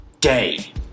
day